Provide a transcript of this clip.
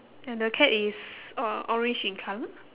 and the cat is uh orange in colour